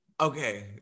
okay